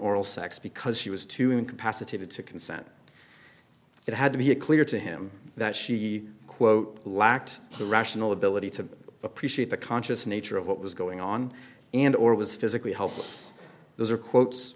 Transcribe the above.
oral sex because she was too incapacitated to consent it had to be clear to him that she quote lacked the rational ability to appreciate the conscious nature of what was going on and or was physically helpless those are quotes